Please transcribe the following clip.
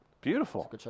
beautiful